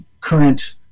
current